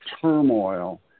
turmoil